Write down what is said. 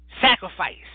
sacrifice